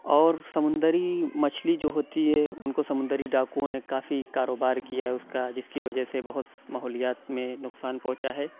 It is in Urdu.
اور سمندری مچھلی جو ہوتی ہے اُن کو سمندری ڈاکوؤں نے کافی کاروبار کیا ہے اُس کا جس کی وجہ سے بہت ماحولیات میں نقصان پہنچا ہے